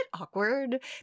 awkward